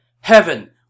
Heaven